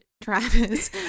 Travis